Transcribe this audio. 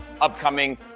upcoming